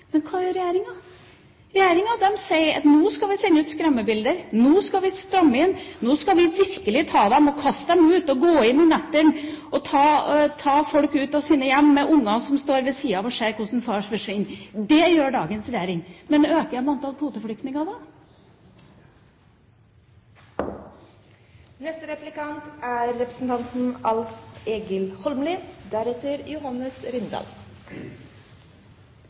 Men hva gjør regjeringa? Regjeringa sier: Nå skal vi sende ut skremmebilder, nå skal vi stramme inn, nå skal vi virkelig ta og kaste dem ut, gå ut om nettene og ta folk ut fra sine hjem, mens barna står ved siden av og ser at far forsvinner. Det gjør dagens regjering. Men øker de antall kvoteflyktninger, da? Venstre liker å framstille seg som eit sentrumsparti. Men vi ser stadig oftare at dei slår seg saman med Høgre og Framstegspartiet. Eg er